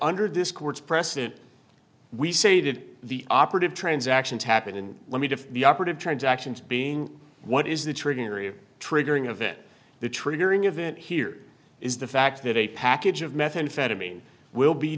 under this court's precedent we say did the operative transactions happen and let me define the operative transactions being what is the trigger area triggering event the triggering event here is the fact that a package of methamphetamine will be